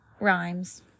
rhymes